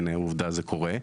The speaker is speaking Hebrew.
הנה עובדה זה קורה,